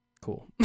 Cool